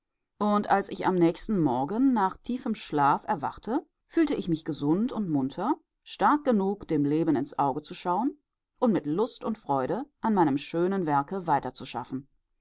und als ich am nächsten morgen nach tiefem schlaf erwachte fühlte ich mich gesund und munter stark genug dem leben ins auge zu schauen und mit lust und freude an meinem schönen werke